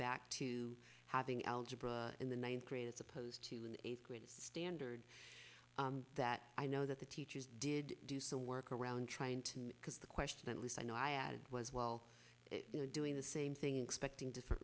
back to having algebra in the ninth grade as opposed to an eighth grade standard that i know that the teachers did do some work around trying to me because the question at least i know i added was well you know doing the same thing expecting different